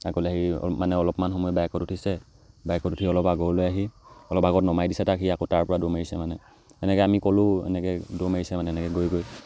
আগলৈ আহি মানে অলপমান সময় বাইকত উঠিছে বাইকত উঠি অলপ আগলৈ আহি অলপ আগত নমাই দিছে তাক সি আকৌ তাৰ পৰা দৌৰ মাৰিছে মানে এনেকৈ আমি ক'লোঁ এনেকৈ দৌৰ মাৰিছে মানে এনেকৈ গৈ গৈ